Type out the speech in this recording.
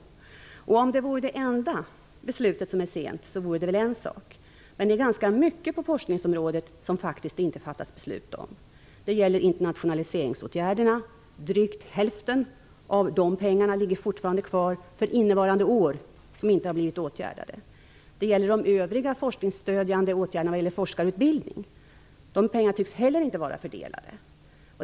Det vore en sak om detta var det enda beslut som har fattats sent, men det finns faktiskt ganska mycket på forskningsområdet som det inte har fattats beslut om. Det gäller internationaliseringsåtgärderna; drygt hälften av pengarna för innevarande år ligger fortfarande kvar. Det gäller övriga forskningsstödjande åtgärder i fråga om forskarutbildning; de pengarna tycks inte heller vara fördelade.